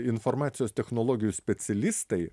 informacijos technologijų specialistai